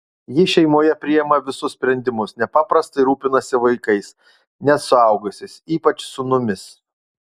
ji šeimoje priima visus sprendimus nepaprastai rūpinasi vaikais net suaugusiais ypač sūnumis